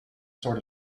sort